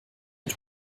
mit